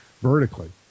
vertically